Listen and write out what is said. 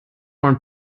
mein